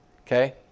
Okay